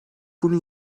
bunu